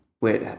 Wait